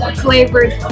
flavored